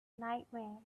nightmare